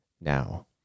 now